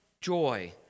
joy